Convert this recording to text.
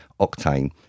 Octane